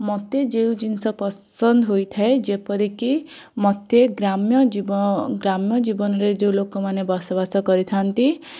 ମୋତେ ଯେଉଁ ଜିନିଷ ପସନ୍ଦ ହୋଇଥାଏ ଯେପରିକି ମୋତେ ଗ୍ରାମ୍ୟ ଜୀବ ଗ୍ରାମ୍ୟ ଜୀବନରେ ଯେଉଁ ଲୋକମାନେ ବସବାସ କରିଥାନ୍ତି